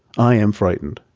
i am frightened,